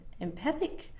empathic